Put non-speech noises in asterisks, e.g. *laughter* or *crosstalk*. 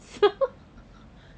so *laughs*